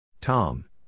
Tom